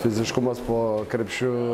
fiziškumas po krepšiu